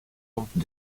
pompes